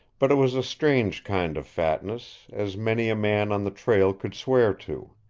but it was a strange kind of fatness, as many a man on the trail could swear to.